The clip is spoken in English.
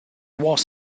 was